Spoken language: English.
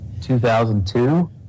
2002